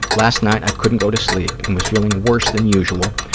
last night, i couldn't go to sleep and was feeling worse than usual,